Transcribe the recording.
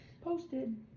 Posted